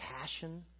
passion